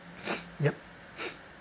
yup